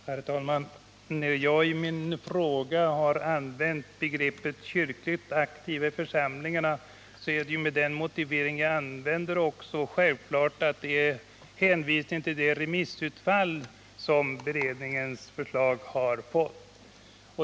Herr talman! När jag i min fråga har använt begreppet kyrkligt aktiva i församlingarna, är det, med den motivering som jag använder, självklart också med hänvisning till det remissutfall som beredningens förslag har fått.